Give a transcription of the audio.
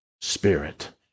Spirit